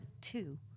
two